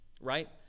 Right